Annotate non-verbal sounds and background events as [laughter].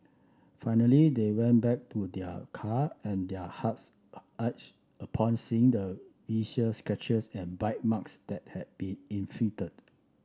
finally they went back to their car and their hearts [unintelligible] upon seeing the [unintelligible] scratches and bite marks that had been inflicted